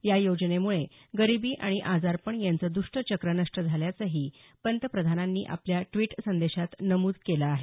या योजनेमुळे गरीबी आणि आजारपण यांचं दष्ट चक्र नष्ट झाल्याचंही पंतप्रधानांनी आपल्या ड्वीट संदेशात नमूद केलं आहे